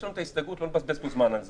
יש לנו הסתייגות, לא נבזבז פה זמן על זה,